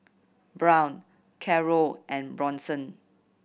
Brown Carroll and Bronson